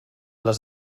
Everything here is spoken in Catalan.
les